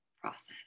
process